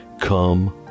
come